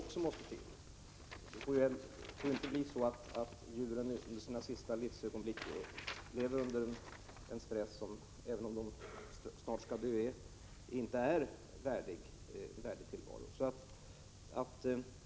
Det får inte vara så att djuren — även om de snart skall dö —- i sina sista livsögonblick skall leva under en stress som är ovärdig.